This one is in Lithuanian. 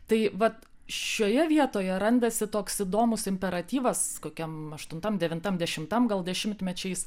tai vat šioje vietoje randasi toks įdomus imperatyvas kokiam aštuntam devintam dešimtam gal dešimtmečiais